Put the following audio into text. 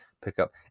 pickup